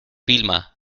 vilma